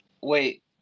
wait